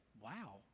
wow